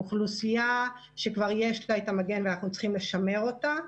אוכלוסייה שכבר יש לה את המגן ואנחנו צריכים לשמר אותה,